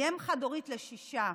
היא אם חד-הורית לשישה.